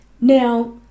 Now